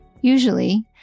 Usually